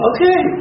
Okay